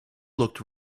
looked